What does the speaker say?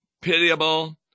pitiable